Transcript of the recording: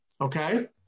okay